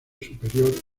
superior